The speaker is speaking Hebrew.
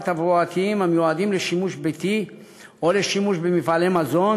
תברואתיים המיועדים לשימוש ביתי או לשימוש במפעלי מזון,